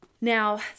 Now